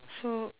so